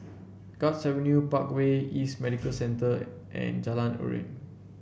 Guards Avenue Parkway East Medical Centre and Jalan Aruan